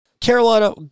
Carolina